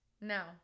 No